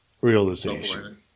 realization